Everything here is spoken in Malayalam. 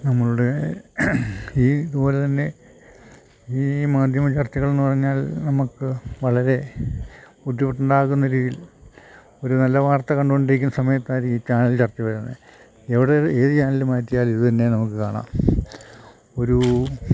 നമ്മളുടെ ഈ ഇത്പോലെ തന്നെ ഈ മാധ്യമ ചർച്ചകൾ എന്ന് പറഞ്ഞാൽ നമുക്ക് വളരെ ബുദ്ധിമുട്ടുണ്ടാക്കുന്ന രീതിയിൽ ഒരു നല്ല വാർത്ത കണ്ടോണ്ടിരിക്കുന്ന സമയത്തായിരിക്കും ചാനലിൽ ചർച്ച വരുന്നത് എവിടെ ഏത് ചാനല് മാറ്റിയാലും ഇത് തന്നെ നമുക്ക് കാണാം ഒരു